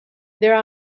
there